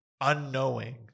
unknowing